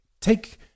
take